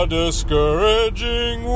discouraging